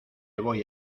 voy